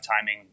timing